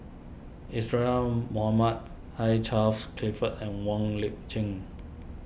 Mohamed Hugh Charles Clifford and Wong Lip Chin